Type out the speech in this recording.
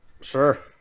Sure